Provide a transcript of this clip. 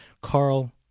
Carl